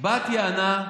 בת יענה.